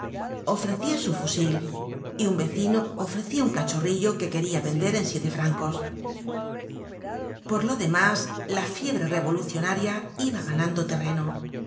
ofrecia su fusil y un vecino ofrecia un cachorrillo que queria vender en siete francos por lo demás la fiebre revolucionaria iba ganando terreno